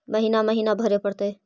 महिना महिना भरे परतैय?